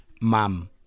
mom